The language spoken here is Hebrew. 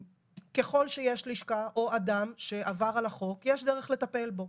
ככל שיש לשכה או אדם שעבר על החוק יש דרך לטפל בו.